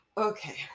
Okay